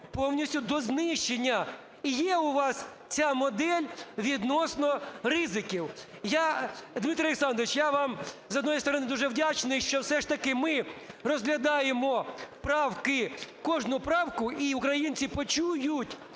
повністю до знищення? Є у вас ця модель відносно ризиків? Дмитро Олександрович, я вам, з однієї сторони, дуже вдячний, що все ж таки ми розглядаємо правки, кожну правку, і українці почують